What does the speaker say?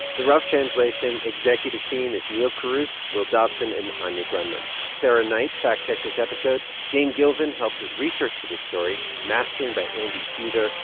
the rough translation executive team is neal carruth, will dobson and anya grundmann. sarah knight fact-checked this episode. jane gilvin helped with research for this story, mastering by andy huether.